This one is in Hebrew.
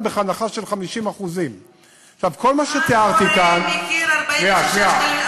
בהנחה של 50%. מה קורה עם מחיר של 43 שקלים,